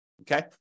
okay